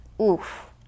Oof